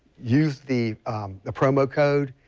use the the promo code,